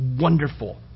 wonderful